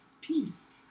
peace